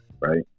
right